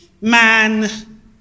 man